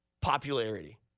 popularity